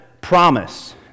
promise